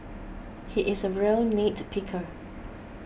he is a real nitpicker